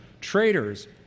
traitors